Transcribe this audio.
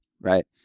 right